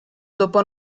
dopo